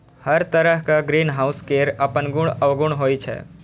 हर तरहक ग्रीनहाउस केर अपन गुण अवगुण होइ छै